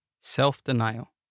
Self-Denial